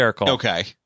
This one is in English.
Okay